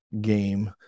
game